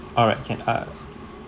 alright can uh